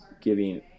giving